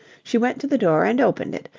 she went to the door and opened it,